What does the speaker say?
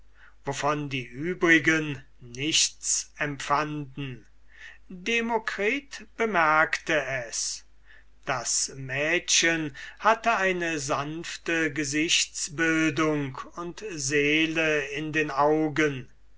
wovon die übrigen nichts empfanden demokritus ward es gewahr das mädchen hatte eine sanfte gesichtsbildung und seele in den augen